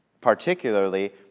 particularly